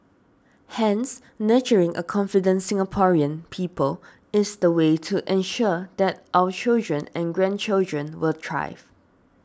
hence nurturing a confident Singaporean people is the way to ensure that our children and grandchildren will thrive